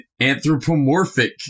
anthropomorphic